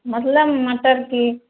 मतलब मटर की